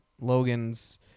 Logan's